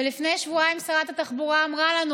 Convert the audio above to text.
ולפני שבועיים שרת התחבורה אמרה לנו